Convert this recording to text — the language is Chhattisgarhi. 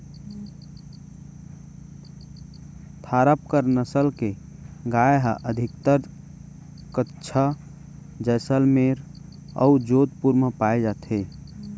थारपकर नसल के गाय ह अधिकतर कच्छ, जैसलमेर अउ जोधपुर म पाए जाथे